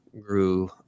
grew